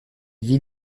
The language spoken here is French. vit